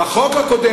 בחוק הקודם,